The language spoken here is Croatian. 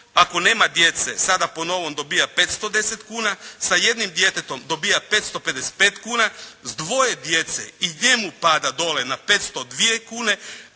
Ako nema djece sada po novom dobija 510 kuna, sa jednim djetetom dobija 555 kuna, s dvoje djece i njemu pada dolje na 502 kune,